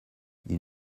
ils